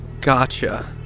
Gotcha